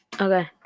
Okay